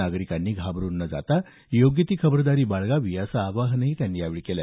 नागरिकांनी घाबरून न जाता योग्य ती खबरदारी बाळगावी असं आवाहनही त्यांनी यावेळी केलं